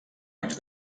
anys